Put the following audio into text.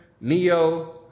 Neo